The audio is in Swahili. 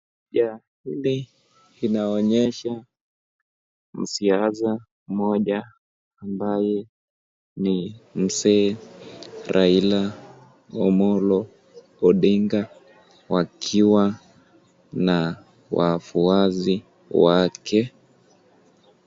Picha hili inaonyesha msiasa moja ambaye ni mzee Raila Amollo Odinga wakiwa na wafuasi wake.